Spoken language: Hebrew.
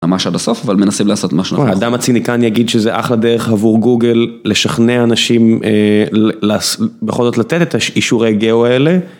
ממש עד הסוף אבל מנסים לעשות מה שאדם הציניקן יגיד שזה אחלה דרך עבור גוגל לשכנע אנשים בכל זאת לתת את האישור הגאו האלה.